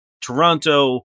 Toronto